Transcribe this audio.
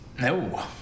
No